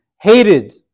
hated